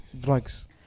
drugs